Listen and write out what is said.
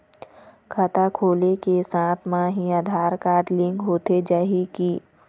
खाता खोले के साथ म ही आधार कारड लिंक होथे जाही की?